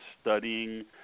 studying